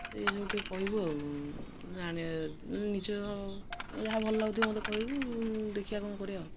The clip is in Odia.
ଏଇସବୁ ଟିକିଏ କହିବୁ ଆଉ ନିଜ ଯାହା ଭଲ ଲାଗୁଥିବ ମୋତେ କହିବୁ ଦେଖିବା କ'ଣ କରିବା ଆଉ